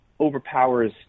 overpowers